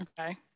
Okay